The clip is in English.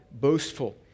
boastful